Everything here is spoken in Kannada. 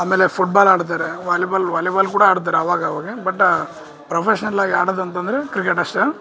ಆಮೇಲೆ ಫುಟ್ಬಾಲ್ ಆಡ್ತಾರೆ ವಾಲಿಬಾಲ್ ವಾಲಿಬಾಲ್ ಕೂಡ ಆಡ್ತಾರೆ ಅವಾಗ ಅವಾಗ ಬಟ್ ಪ್ರೊಫೆಷ್ನಲ್ಲಾಗಿ ಆಡೋದಂತಂದರೆ ಕ್ರಿಕೆಟ್ ಅಷ್ಟೇ